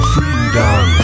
Freedom